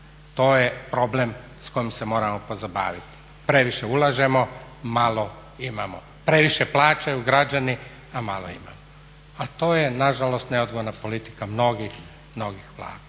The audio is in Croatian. To je problem s kojim se moramo pozabaviti. Previše ulažemo malo imamo, previše plaćaju građani a malo imamo. A to je nažalost neodgovorna politika mnogih, mnogih Vlada.